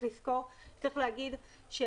צריך להגיד,